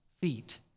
feet